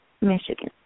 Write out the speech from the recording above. Michigan